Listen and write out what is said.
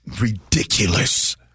Ridiculous